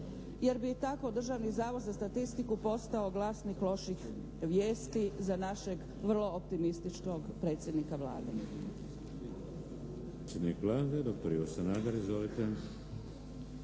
jer bi i tako Državni zavod za statistiku postao vlasnik loših vijesti za našeg vrlo optimističnog predsjednika Vlade.